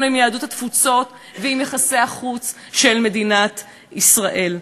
עם יהדות התפוצות ליחסי החוץ של מדינת ישראל.